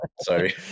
Sorry